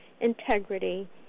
integrity